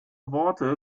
worte